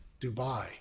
Dubai